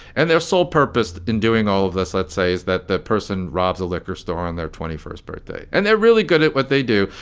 and their sole purpose in doing all of this, let's say, is that that person robs a liquor store on their twenty first birthday and they're really good at what they do.